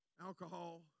alcohol